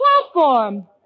platform